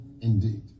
indeed